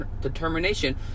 determination